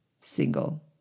single